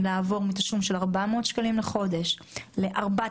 לעבור מתשלום של 400 שקלים לחודש ל-4,000